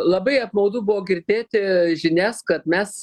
labai apmaudu buvo girdėti žinias kad mes